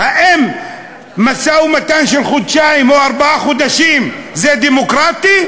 האם משא-ומתן של חודשיים או ארבעה חודשים זה דמוקרטי?